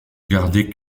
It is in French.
garder